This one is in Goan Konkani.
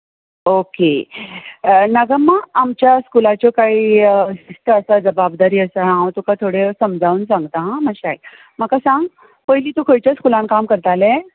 ओके नागम्मा आमच्या स्कुलाच्यो कांय शिश्त आसा जाबाबदारी आसा हांव तुका थोड्यो समजावन सांगतां आं मातशे आयक म्हाका सांग पयलीं तूं खंयच्या स्कुलांत काम करतालें